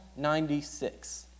96